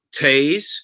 tase